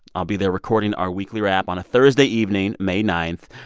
i'll be there recording our weekly wrap on a thursday evening, may nine.